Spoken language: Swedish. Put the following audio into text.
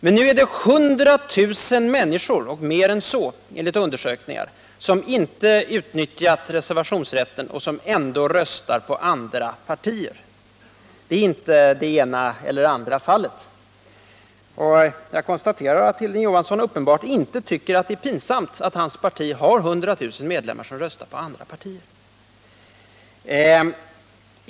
Men nu är det enligt opinionsundersökningar mer än 100 000 människor som inte utnyttjat reservationsrätten men som ändå röstar på andra partier. Det är inte fråga om ett eller annat fall. Jag konstaterar att Hilding Johansson uppenbart inte tycker att det är pinsamt att hans parti har ca 100 000 medlemmar som röstar på andra partier.